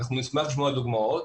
נשמח לשמוע דוגמאות.